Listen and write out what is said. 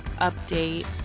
update